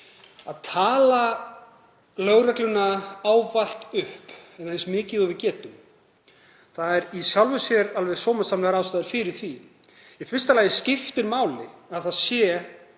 að tala lögregluna ávallt upp eða eins mikið og við getum. Það eru í sjálfu sér alveg sómasamlegar ástæður fyrir því. Í fyrsta lagi skiptir máli að það sé